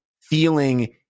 feeling